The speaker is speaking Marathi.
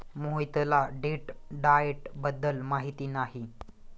मोहितला डेट डाइट बद्दल माहिती नाही